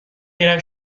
میرم